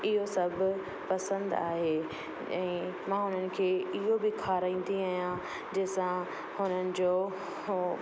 इहो सभु पसंदि आहे ऐं मां उन्हनि खे इहो बि खाराईंदी आहियां जंहिं सां हुननि जो उहो